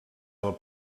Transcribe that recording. del